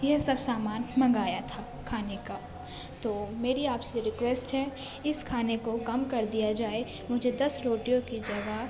یہ سب سامان منگایا تھا کھانے کا تو میری آپ سے رکویسٹ ہے اس کھانے کو کم کر دیا جائے مجھے دس روٹیوں کی جگہ